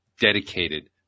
dedicated